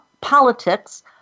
Politics